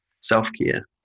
self-care